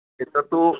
एतत्तु